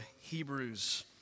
Hebrews